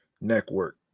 network